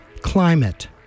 Climate